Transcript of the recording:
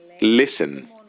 listen